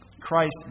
Christ